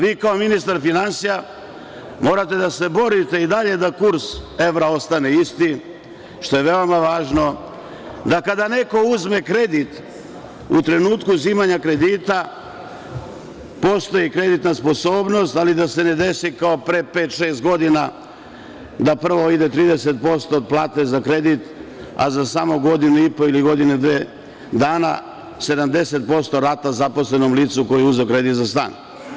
Vi kao ministar finansija morate da se borite i dalje da kurs evra ostane isti, što je veoma važno, da kada neko uzme kredit u trenutku uzimanja kredita postoji kreditna sposobnost, ali da se ne desi kao pre pet, šest godina da prvo ide 30% plate za kredit, a samo godinu i po ili godinu dve dana 70% rata zaposlenom licu koji je uzeo kredit za stan.